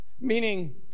Meaning